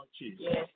Yes